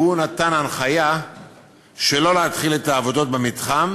והוא נתן הנחיה שלא להתחיל את העבודות במתחם